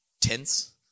tense